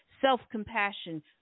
self-compassion